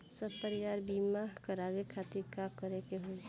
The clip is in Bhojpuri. सपरिवार बीमा करवावे खातिर का करे के होई?